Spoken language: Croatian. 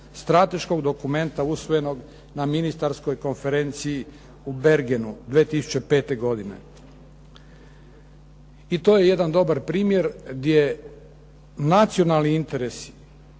strateškog dokumenta usvojenog na Ministarskoj konferenciji u Bergenu 2005. godine. I to je jedan dobar primjer gdje nacionalni interesi